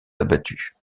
abattu